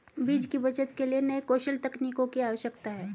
बीज की बचत के लिए नए कौशल तकनीकों की आवश्यकता है